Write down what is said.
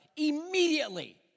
immediately